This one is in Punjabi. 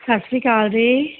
ਸਤਿ ਸ਼੍ਰੀ ਅਕਾਲ ਜੀ